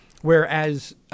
Whereas